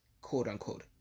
quote-unquote